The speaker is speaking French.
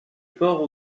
port